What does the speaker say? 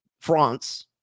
France